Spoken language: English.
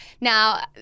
Now